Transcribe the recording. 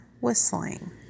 whistling